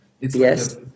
Yes